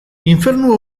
infernu